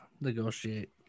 negotiate